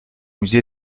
musée